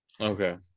okay